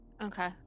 Okay